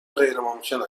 غیرممکن